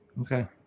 Okay